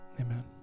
amen